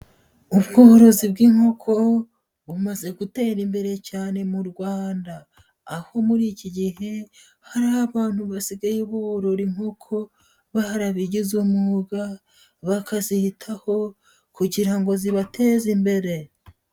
Ubworozi bw'inkoko bumaze gutera imbere cyane mu Rwanda, aho muri iki gihe hari abantu basigaye burora inkoko barabigize umwuga, bakazitaho kugira ngo zibateze imbere.